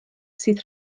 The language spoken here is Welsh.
sydd